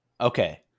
Okay